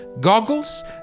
goggles